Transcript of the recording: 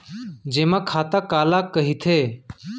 जेमा खाता काला कहिथे?